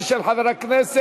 ושל חבר הכנסת,